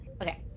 okay